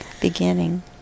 beginning